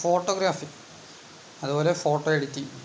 photography അതുപോലെ photo editing